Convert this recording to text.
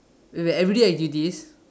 wait wait everyday I do this